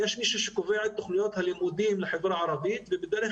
יש מישהו שקובע את תוכניות הלימודים לחברה הערבית ובדרך